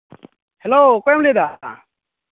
hello ᱚᱠᱚᱭᱮᱢ ᱞᱟᱹᱭᱫᱟ